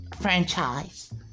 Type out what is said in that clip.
Franchise